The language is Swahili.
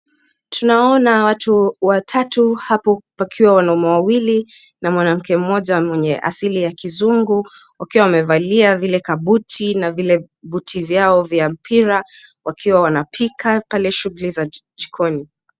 Tunaona watu watatu hapo wakiwa wanaume wawili na mwanamke mmoja mwenye asili ya kizungu wakiwa wamevalia vile kabuti na vile buti vyao vya mpira wakiwa wanapika pale shughuli za jikoni.